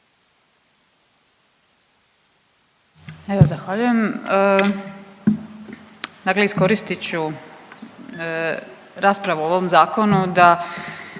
Evo, zahvaljujem. Dakle iskoristit ću raspravu o ovom Zakonu da